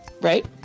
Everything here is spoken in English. Right